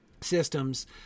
systems